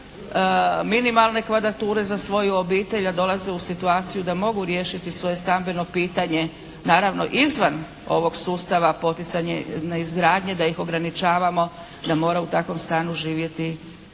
minimalne kvadrature za svoju obitelj a dolaze u situaciju da mogu riješiti svoje stambeno pitanje naravno izvan ovog sustava poticajne izgradnje da ih ograničavamo da mora u takvom stanu živjeti